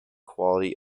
quality